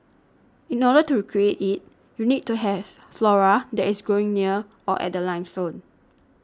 in order to create it you need to have flora that is growing near or at the limestone